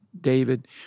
David